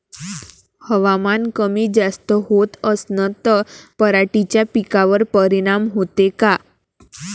हवामान कमी जास्त होत असन त पराटीच्या पिकावर परिनाम होते का?